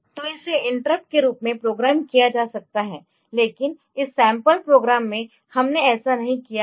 तो इसे इंटरप्ट के रूप में प्रोग्राम किया जा सकता है लेकिन इस सैंपल प्रोग्राम में हमने ऐसा नहीं किया है